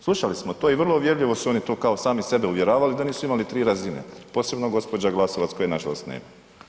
Slušali smo to i vrlo uvjerljivo su oni to kao sami sebe uvjeravali da nisu imali 3 razine, posebno gospođa Glasovac koje nažalost nema.